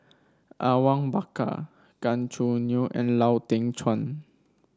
Awang Bakar Gan Choo Neo and Lau Teng Chuan